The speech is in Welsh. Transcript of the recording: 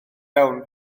iawn